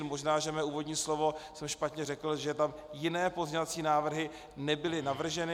Možná že své úvodní slovo jsem špatně řekl, že tam jiné pozměňovací návrhy nebyly navrženy.